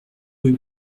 rue